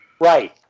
Right